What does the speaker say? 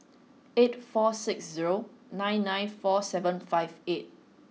eight four six zero nine nine four seven five eight